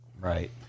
Right